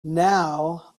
now